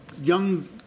young